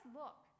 look